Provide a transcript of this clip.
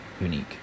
unique